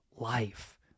life